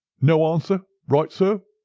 no answer? right, sir.